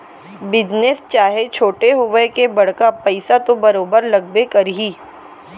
business चाहे छोटे होवय के बड़का पइसा तो बरोबर लगबे करही